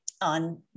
on